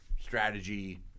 strategy